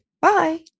Bye